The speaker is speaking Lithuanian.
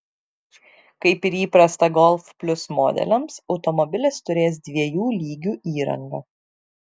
kaip ir įprasta golf plius modeliams automobilis turės dviejų lygių įrangą